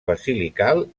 basilical